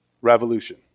revolution